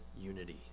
unity